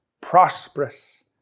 prosperous